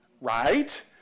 right